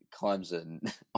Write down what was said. clemson